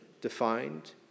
defined